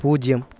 പൂജ്യം